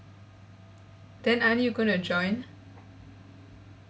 then aren't you gonna join